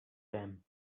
them